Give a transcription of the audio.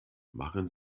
machen